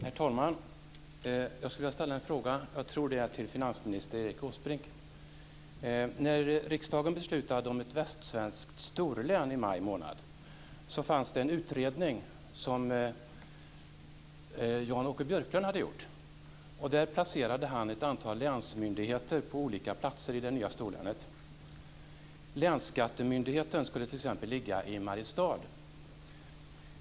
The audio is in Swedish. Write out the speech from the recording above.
Herr talman! Jag vill ställa en fråga som jag tror finansminister Erik Åsbrink skall svara på. Riksdagen beslutade om ett västsvenskt storlän i maj månad. En utredning hade gjorts av Jan-Åke Björklund, där ett antal länsmyndigheter placerades på olika platser i det nya storlänet. Länsskattemyndigheten skulle t.ex. ligga i Mariestad.